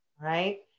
right